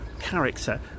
character